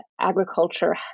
agriculture